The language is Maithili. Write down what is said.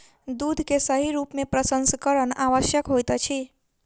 दूध के सही रूप में प्रसंस्करण आवश्यक होइत अछि